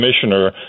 Commissioner